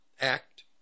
act